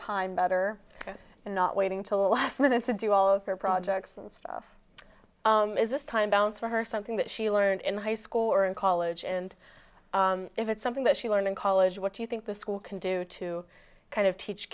time better and not waiting till the last minute to do all of her projects and stuff is this time balance for her something that she learned in high school or in college and if it's something that she learned in college what do you think the school can do to kind of teach